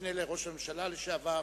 משנה לראש הממשלה לשעבר,